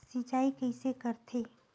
सिंचाई कइसे करथे?